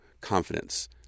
confidence